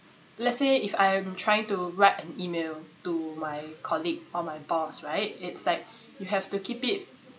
let's say if I am trying to write an email to my colleague or my boss right it's like you have to keep it